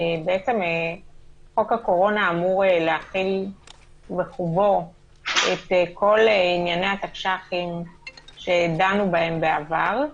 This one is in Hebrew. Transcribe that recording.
חוק הקורונה אמור להכיל בחובו את כל ענייני התקש"חים שדנו בהם בעבר,